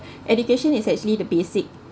education is actually the basic